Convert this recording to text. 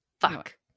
Fuck